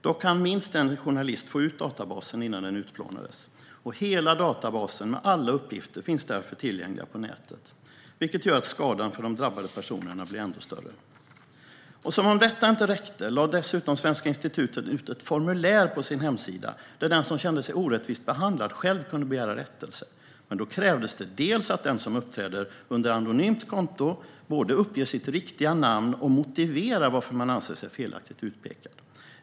Dock hann minst en journalist få ut databasen innan den utplånades, och hela databasen - med alla uppgifter - finns därför tillgänglig på nätet. Det gör att skadan för de drabbade personerna blir ännu större. Som om detta inte räckte lade Svenska institutet dessutom ut ett formulär på sin hemsida där den som kände sig orättvist behandlad själv kunde begära rättelse. Då krävdes dock att den som uppträder under anonymt konto både uppgav sitt riktiga namn och motiverade varför man ansåg sig felaktigt utpekad.